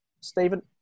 Stephen